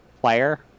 player